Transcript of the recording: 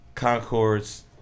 Concords